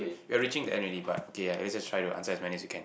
we are reaching the end already but okay let's just try to answer as many as you can